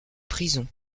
prison